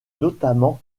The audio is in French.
notamment